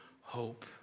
hope